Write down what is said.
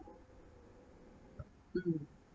mm